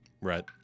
right